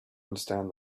understand